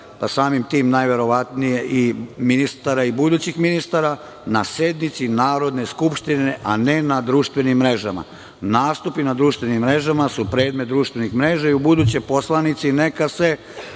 pa samim tim najverovatnije i ministar i budućih ministara, na sednici Narodne skupštine, a ne na društvenim mrežama. Nastupi na društvenim mrežama su predmet društveni mreža i ubuduće poslanici neka se